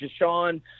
Ja'Shawn